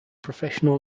professional